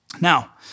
Now